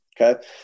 Okay